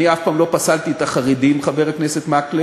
אני אף פעם לא פסלתי את החרדים, חבר הכנסת מקלב.